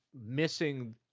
missing